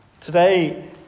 Today